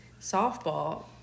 softball